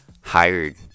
hired